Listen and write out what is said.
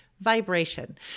vibration